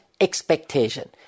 expectation